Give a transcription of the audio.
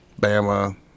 Bama